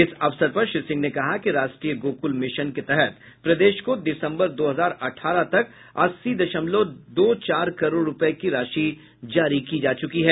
इस अवसर पर श्री सिंह ने कहा कि राष्ट्रीय गोकुल मिशन के तहत प्रदेश को दिसंबर दो हजार अठारह तक अस्सी दशमलव दो चार करोड़ रुपये की राशि जारी की जा चुकी है